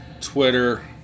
Twitter